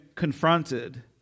confronted